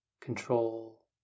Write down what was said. control